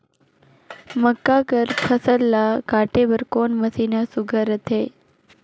मक्का कर फसल ला काटे बर कोन मशीन ह सुघ्घर रथे?